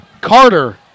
Carter